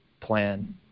plan